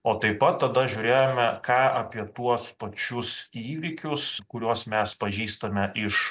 o taip pat tada žiūrėjome ką apie tuos pačius įvykius kuriuos mes pažįstame iš